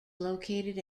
located